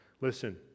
Listen